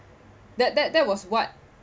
that that that was what